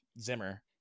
Zimmer